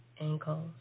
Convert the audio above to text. ankles